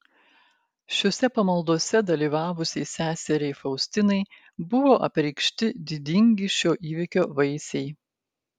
šiose pamaldose dalyvavusiai seseriai faustinai buvo apreikšti didingi šio įvyko vaisiai